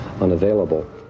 unavailable